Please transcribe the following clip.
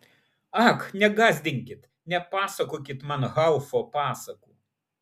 ak negąsdinkit nepasakokit man haufo pasakų